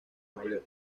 mayor